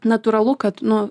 natūralu kad nu